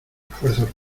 esfuerzos